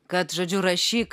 kad žodžiu rašyk